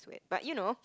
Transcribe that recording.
but you know